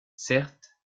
certes